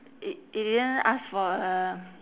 you you didn't ask for a